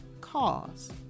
cause